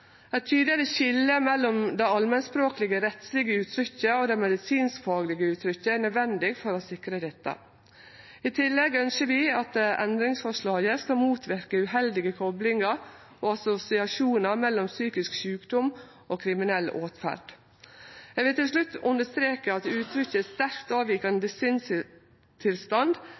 Eit tydelegare skilje mellom det allmennspråklege rettslege uttrykket og det medisinskfaglege uttrykket er nødvendig for å sikre dette. I tillegg ønskjer vi at endringsforslaget skal motverke uheldige koplingar og assosiasjonar mellom psykisk sjukdom og kriminell åtferd. Eg vil til slutt understreke at uttrykket